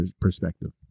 perspective